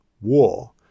war